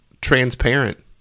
transparent